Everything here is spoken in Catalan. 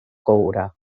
coure